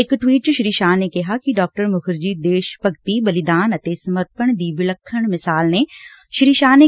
ਇਕ ਟਵੀਟ ਚ ਸ੍ਰੀ ਸ਼ਾਹ ਨੇ ਕਿਹਾ ਕਿ ਡਾ ਮੁਖਰਜੀ ਦੇਸ਼ ਭਗਤੀ ਬਲੀਦਾਨ ਅਤੇ ਸਮਰਪਣ ਦੀ ਵਿਲੱਖਣ ਮਿਸ਼ਾਲ ਨੇ